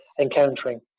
encountering